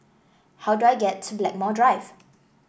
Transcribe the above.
how do I get to Blackmore Drive